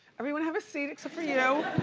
everyone have a seat except for you.